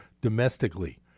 domestically